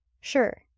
Sure